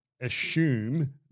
assume –